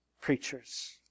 preachers